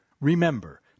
Remember